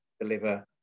deliver